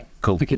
Cool